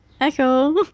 Echo